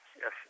yes